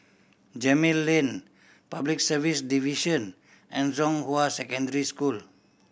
Gemmill Lane Public Service Division and Zhonghua Secondary School